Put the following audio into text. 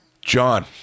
John